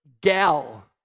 Gal